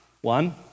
One